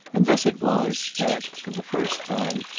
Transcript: and thus it was, that, for the first time,